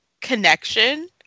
connection